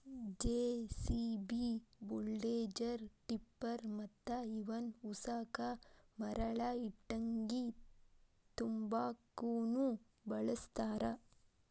JCB, bulldozer, tipper ಮತ್ತ ಇವನ್ ಉಸಕ ಮರಳ ಇಟ್ಟಂಗಿ ತುಂಬಾಕುನು ಬಳಸ್ತಾರ